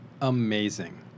Amazing